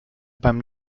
beim